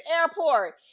airport